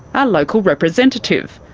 our local representative,